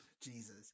jesus